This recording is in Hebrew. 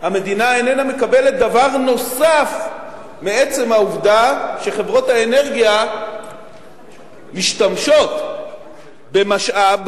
המדינה איננה מקבלת דבר נוסף מעצם העובדה שחברות האנרגיה משתמשות במשאב,